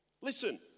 Listen